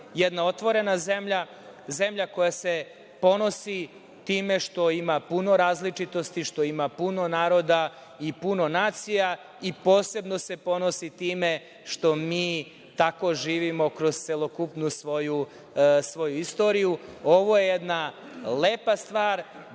jedna otvorena zemlja, zemlja koja se ponosi time što ima puno različitosti, što ima puno naroda i puno nacija, i posebno se ponosi time što mi tako živimo kroz celokupnu svoju istoriju. Ovo je jedna lepa stvar,